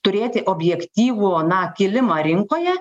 turėti objektyvų na kilimą rinkoje